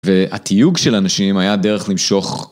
והתיוג של אנשים היה דרך למשוך.